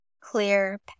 clear